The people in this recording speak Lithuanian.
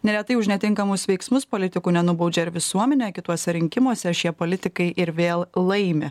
neretai už netinkamus veiksmus politikų nenubaudžia ir visuomenė kituose rinkimuose šie politikai ir vėl laimi